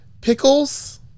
pickles